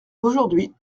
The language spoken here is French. aujourd’hui